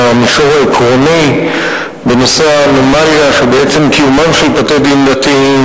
במישור העקרוני בנושא האנומליה שבעצם קיומם של בתי-דין דתיים